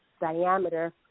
diameter